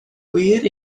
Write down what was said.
gwir